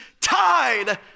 tied